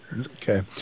Okay